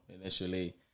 initially